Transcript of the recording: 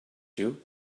you